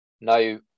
no